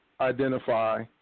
identify